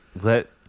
let